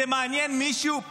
זה מעניין מישהו?